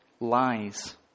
Lies